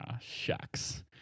shucks